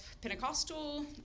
Pentecostal